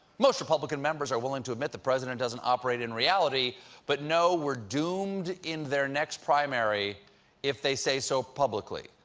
most republican members are willing to admit the president doesn't operate in reality but no, we're doomed in their next primary if they say so publicly.